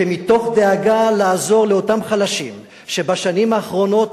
כי מתוך דאגה לעזור לאותם חלשים, שבשנים האחרונות